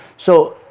so